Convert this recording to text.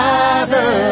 Father